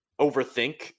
overthink